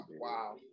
Wow